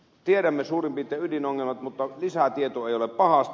tiedämme suurin piirtein ydinongelmat mutta lisätieto ei ole pahasta